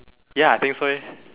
ya I think so eh